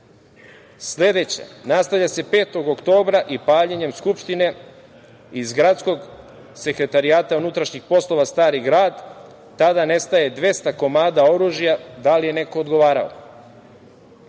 nastavlja se 5. oktobra i paljenjem Skupštine, iz Gradskog sekretarijata unutrašnjih poslova Stari grad, tada nestaje 200 komada oružja. Da li je neko odgovarao?